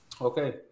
Okay